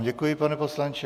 Děkuji vám, pane poslanče.